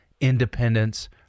Independence